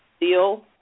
deal